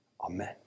Amen